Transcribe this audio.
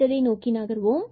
அடுத்ததை நோக்கி நகர்வோம்